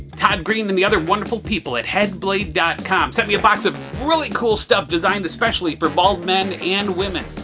todd greene and the other wonderful people at headblade dot com sent me a box of really cool stuff designed especially for bald men and women